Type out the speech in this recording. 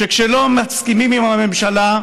שכשלא מסכימים עם הממשלה,